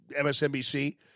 MSNBC